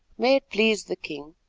may it please the king,